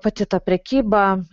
pati ta prekyba